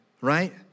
right